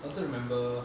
I also remember